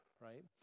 right